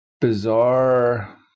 bizarre